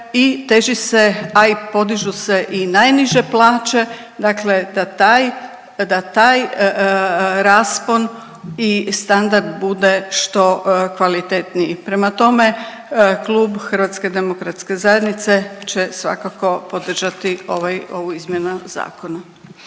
i teži se, a i podižu se i najniže plaće, dakle da taj, da taj raspon i standard bude što kvalitetniji. Prema tome, Klub HDZ-a će svakako podržati ovaj, ovu izmjenu zakona.